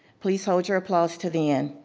please hold your applause to the end.